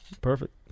Perfect